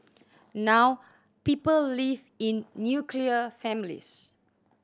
now people live in nuclear families